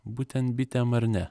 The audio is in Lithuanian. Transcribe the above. būtent bitėm ar ne